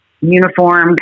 uniform